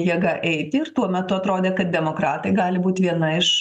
jėga eiti ir tuo metu atrodė kad demokratai gali būt viena iš